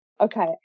Okay